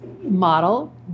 model